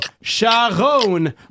Sharon